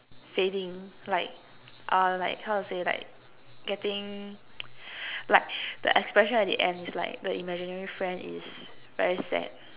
fading like ah like how to say like getting like the expression at the end is like the imaginary friend is very sad